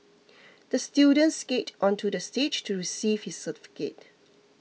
the student skated onto the stage to receive his certificate